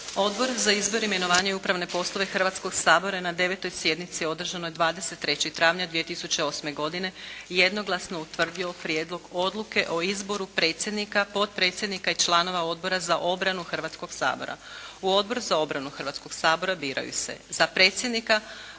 Odbor za izbor, imenovanja i upravne poslove Hrvatskog sabora je na 9. sjednici održanoj 23. travnja 2008. godine jednoglasno utvrdio Prijedlog odluke o izboru predsjednika, potpredsjednika i članova Odbora za obranu Hrvatskog sabora. U Odbor za obranu Hrvatskog sabora biraju se za predsjednika